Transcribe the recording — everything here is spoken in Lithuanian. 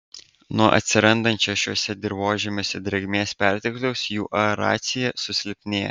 nuo atsirandančio šiuose dirvožemiuose drėgmės pertekliaus jų aeracija susilpnėja